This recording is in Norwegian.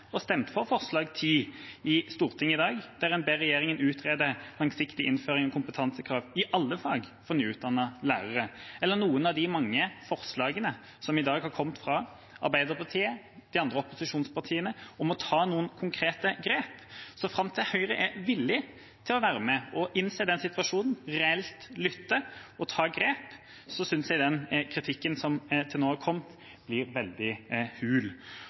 og stemt for forslag nr. 10 i Stortinget i dag, der en ber «regjeringen utrede en langsiktig innføring av kompetansekrav i alle fag for nyutdannede lærere», eller for noen av de mange forslagene som i dag har kommet fra Arbeiderpartiet og de andre opposisjonspartiene om å ta noen konkrete grep. Såframt Høyre er villig til å være med, og innser situasjonen og reelt lytter og tar grep, synes jeg den kritikken som til nå har kommet, blir veldig hul.